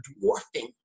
dwarfing